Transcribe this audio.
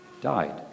died